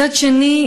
מצד שני,